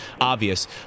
obvious